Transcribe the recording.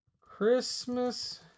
Christmas